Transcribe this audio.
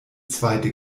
zweite